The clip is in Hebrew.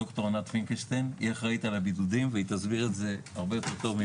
ד"ר ענת פינקלשטיין שאחראית על נושא הבידוד ותסביר את זה טוב ממני.